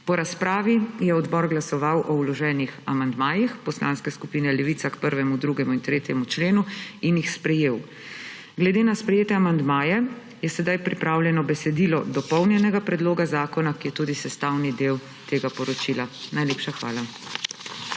Po razpravi je odbor glasoval o vloženih amandmajih poslanske skupine Levica k 1., 2. in 3. členu in jih sprejel. Glede na sprejete amandmaje je sedaj pripravljeno besedilo dopolnjenega predloga zakona, ki je tudi sestavni del tega poročila. Najlepša hvala.